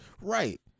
Right